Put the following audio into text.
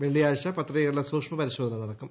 വെള്ളിയാഴ്ച പത്രികകളുടെ സൂക്ഷ്മപരിശോധന നടക്കും